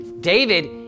David